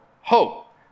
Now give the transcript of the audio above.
hope